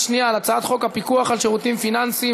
שנייה על הצעת חוק הפיקוח על שירותים פיננסיים